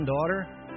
Daughter